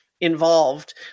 involved